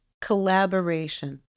collaboration